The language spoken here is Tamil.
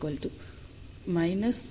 5 dB